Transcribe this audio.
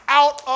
out